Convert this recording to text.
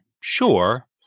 Sure